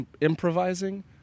improvising